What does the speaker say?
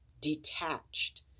detached